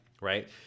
right